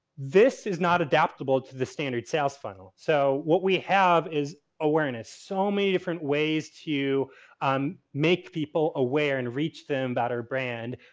this is not adaptable to the standard sales funnel. so, what we have is awareness, so many different ways to um make people aware and reach them about our brand.